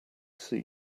see